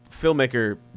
filmmaker